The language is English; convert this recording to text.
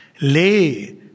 lay